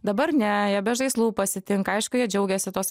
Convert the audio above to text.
dabar ne jie be žaislų pasitinka aišku jie džiaugiasi tos